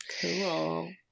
Cool